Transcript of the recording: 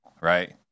right